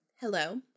Hello